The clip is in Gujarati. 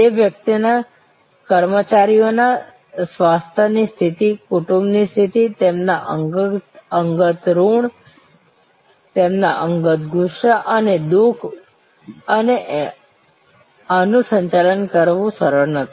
તે વ્યક્તિના કર્મચારીઓના સ્વાસ્થ્યની સ્થિતિ કુટુંબની સ્થિતિ તેમના અંગત ઋણ તેમના અંગત ગુસ્સો અને દુખ અને આનું સંચાલન કરવું સરળ નથી